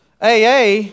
AA